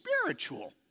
spiritual